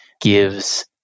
gives